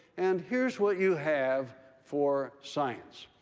and here's what you have for science